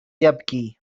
يبكي